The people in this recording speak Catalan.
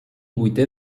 vuitè